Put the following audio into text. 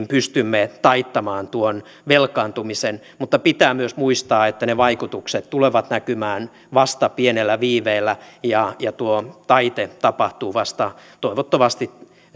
pystymme taittamaan tuon velkaantumisen mutta pitää myös muistaa että ne vaikutukset tulevat näkymään vasta pienellä viiveellä ja ja tuo taite tapahtuu vasta toivottavasti